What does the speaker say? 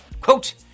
Quote